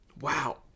Wow